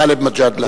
גאלב מג'אדלה.